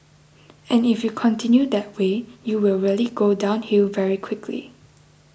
and if you continue that way you will really go downhill very quickly